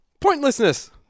pointlessness